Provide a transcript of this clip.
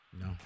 No